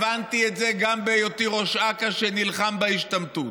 והבנתי את זה גם בהיותי ראש אכ"א שנלחם בהשתמטות,